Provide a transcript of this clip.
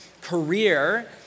career